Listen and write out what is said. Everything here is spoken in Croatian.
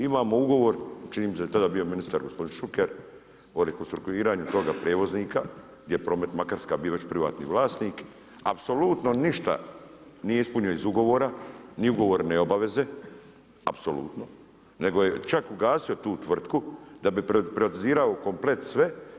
Imamo ugovor čini mi se da je tada bio ministar gospodin Šuker o rekonstruiranju toga prijevoznika gdje je Promet Makarska bio već privatni vlasnik, apsolutno ništa nije ispunio iz ugovora, niti ugovorne obaveze apsolutno, nego je čak ugasio tu tvrtku da bi privatizirao komplet sve.